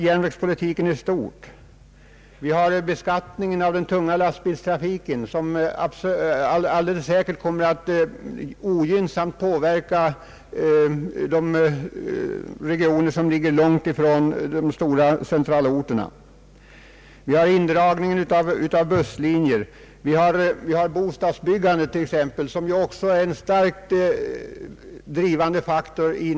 Järnvägspolitiken i stort och beskattningen av den tunga lastbilstrafiken kommer alldeles säkert att ogynnsamt påverka de regioner som ligger långt ifrån de stora centralorterna, likaså indragningen av busslinjer. Härtill kommer bo stadsbyggandet som också är en negativ faktor.